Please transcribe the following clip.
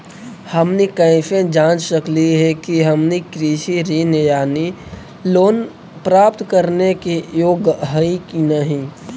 हमनी कैसे जांच सकली हे कि हमनी कृषि ऋण यानी लोन प्राप्त करने के योग्य हई कि नहीं?